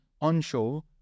onshore